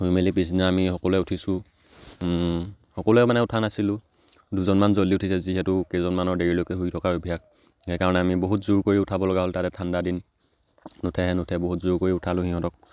শুই মেলি পিছদিনা আমি সকলোৱে উঠিছোঁ সকলোৱে মানে উঠা নাছিলোঁ দুজনমান জলদি উঠিছে যিহেতু কেইজনমানৰ দেৰিলৈকে শুই থকাৰ অভ্যাস সেইকাৰণে আমি বহুত জোৰ কৰি উঠাব লগা হ'ল তাতে ঠাণ্ডা দিন নুঠেহে নুঠে বহুত জোৰ কৰি উঠালোঁ সিহঁতক